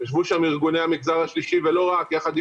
ישבו שם ארגוני המגזר השלישי יחד עם